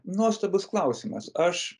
nuostabus klausimas aš